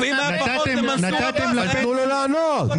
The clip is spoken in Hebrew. --- תנו לו לענות.